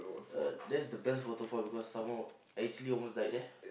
uh that's the best waterfall because someone actually almost died there